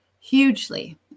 Hugely